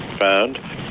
found